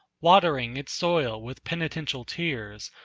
watering its soil with penitential tears,